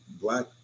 black